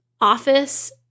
Office